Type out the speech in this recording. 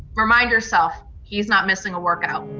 remind yourself he's not missing a workout,